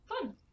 Fun